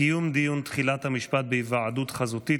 (קיום דיון תחילת המשפט בהיוועדות חזותית),